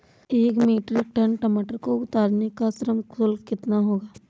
एक metric ton टमाटर को उतारने का श्रम शुल्क कितना होगा?